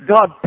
God